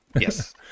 Yes